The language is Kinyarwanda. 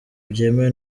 byemewe